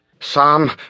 Sam